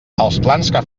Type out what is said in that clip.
que